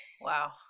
Wow